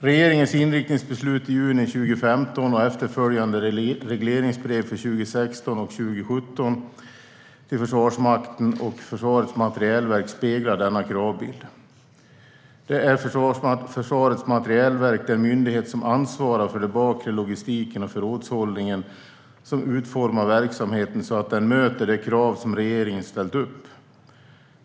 Regeringens inriktningsbeslut i juni 2015 och efterföljande regleringsbrev för 2016 och 2017 till Försvarsmakten och Försvarets materielverk speglar denna kravbild. Det är Försvarets materielverk, den myndighet som ansvarar för den bakre logistiken och förrådshållningen, som utformar verksamheten så att den möter de krav som regeringen har ställt upp.